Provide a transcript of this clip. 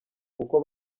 kuko